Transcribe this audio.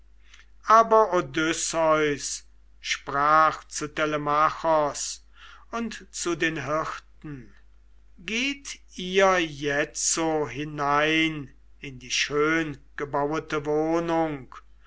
aber odysseus sprach zu telemachos und zu den hirten geht ihr jetzo hinein in die schöngebauete wohnung